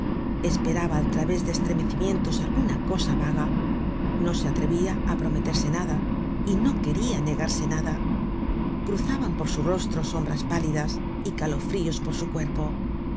esperaba al través de estremecimientos alguna cosa vaga no se atrevia á prometerse nada y no queria negarse nada cruzaban por su rostro sombras pálidas y calofríos por su cuerpo